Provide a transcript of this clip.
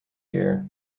year